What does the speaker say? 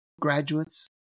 graduates